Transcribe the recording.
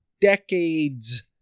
decades